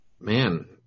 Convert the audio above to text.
Man